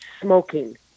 smoking